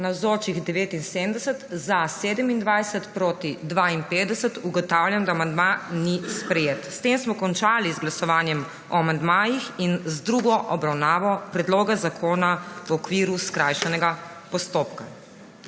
je glasovalo 27.) (Proti 52.) Ugotavljam, da amandma ni sprejet. S tem smo končali z glasovanjem o amandmajih in z drugo obravnavo predloga zakona v okviru skrajšanega postopka.